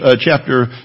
chapter